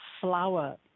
flower